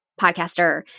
podcaster